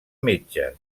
metge